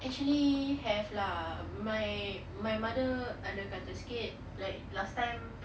actually have lah my my mother ada kata sikit like last time